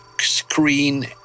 screen